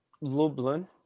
Lublin